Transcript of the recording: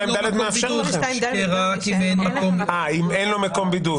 אם אין לו מקום בידוד.